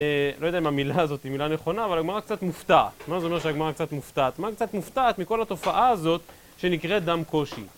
לא יודע אם המילה הזאת היא מילה נכונה, אבל הגמרא קצת מופתעת. מה זאת אומרת שהגמרא קצת מופתעת? הגמרא קצת מופתעת מכל התופעה הזאת שנקראת דם קושי.